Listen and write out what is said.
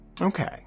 okay